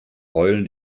heulen